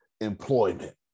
employment